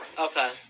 Okay